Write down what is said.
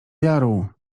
jaru